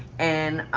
and